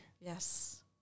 Yes